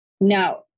No